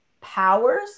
powers